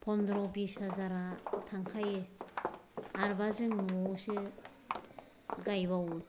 पनद्र' बिस हाजारा थांखायो आरोबा जों न'आवसो गायबावो